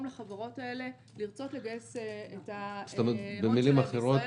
לחברות האלה לרצות לגייס את ההון שלהם בישראל.